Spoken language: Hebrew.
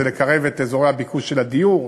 שהם לקרב את אזורי הביקוש של הדיור,